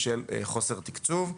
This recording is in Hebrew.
בשל חוסר תקצוב.